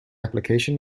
application